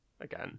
again